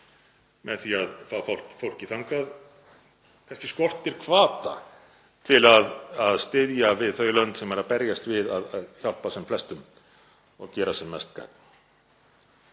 með því að fá fólkið þangað. Kannski skortir hvata til að styðja við þau lönd sem eru að berjast við að hjálpa sem flestum og gera sem mest gagn.